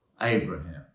Abraham